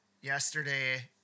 yesterday